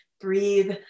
breathe